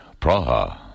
Praha